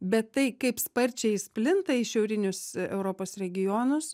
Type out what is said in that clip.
bet tai kaip sparčiai jis plinta į šiaurinius europos regionus